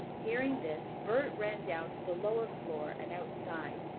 hearing this, bert ran down to the lower floor and outside.